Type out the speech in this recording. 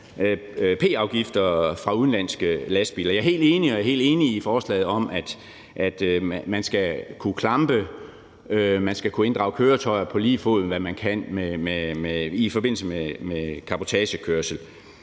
p-afgifter fra udenlandske lastbiler. Jeg er helt enig, og jeg er helt enig i forslaget om, at man skal kunne inddrage køretøjer på lige fod med, hvad man kan i forbindelse med cabotagekørsel.